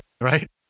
right